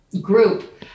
group